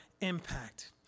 impact